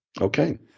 Okay